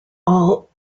all